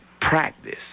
practice